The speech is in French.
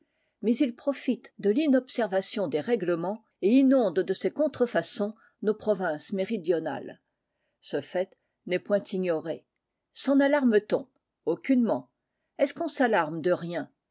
mais il profite de l'inobservation des règlements et inonde de ses contrefaçons nos provinces méridionales ce fait n'est point ignoré s'en alarme t on aucunement est-ce qu'on s'alarme de rien